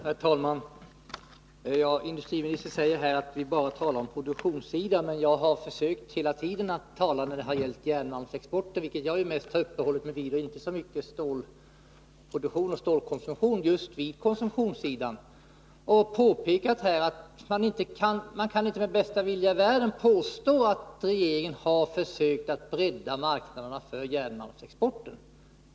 Herr talman! Industriministern säger att vi bara talar om produktionssidan. Men jag har hela tiden försökt tala om just konsumtionssidan när det gäller järnmalmsexporten, som jag mest uppehållit mig vid. Jag har inte talat så mycket om stålproduktion och stålkonsumtion. Jag har påpekat att man inte med bästa vilja i världen kan påstå att regeringen försökt bredda marknaden för järnmalmsexporten.